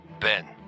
Ben